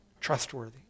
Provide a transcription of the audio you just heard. trustworthy